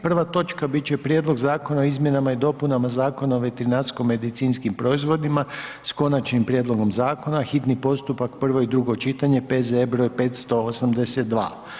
Prva točka bit će Prijedlog zakona o izmjenama i dopunama Zakona o veterinarsko-medicinskim proizvodima sa konačnim prijedlogom zakona, hitni postupak, prvo i drugo čitanje, P.Z.E., br. 582.